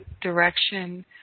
direction